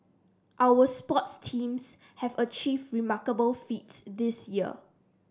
our sports teams have achieved remarkable feats this year